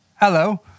Hello